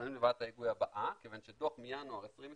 מתכוננים לוועדת ההיגוי הבאה כיוון שהדוח מינואר 2020